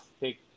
take